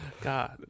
God